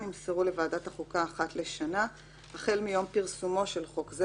"החל מיום פרסומו של החוק",